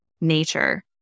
nature